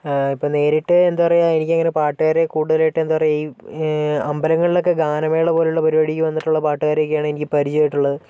ഇപ്പം നേരിട്ട് എന്താ പറയുക എനിക്കങ്ങനെ പാട്ടുകാരെ കുടുതലായിട്ടെന്താ പറയുക ഈ അമ്പലങ്ങളിലൊക്കെ ഗാനമേളപോലുള്ള പരിപാടിക്കൊക്കെ വന്നിട്ടുള്ള പാട്ടുകാരെ മാത്രമേ എനിക്ക് പരിചയമായിട്ടുള്ളൂ